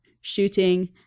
shooting